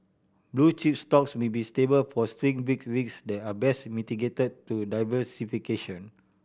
blue chip stocks may be stable but still bring risk that are best mitigated through diversification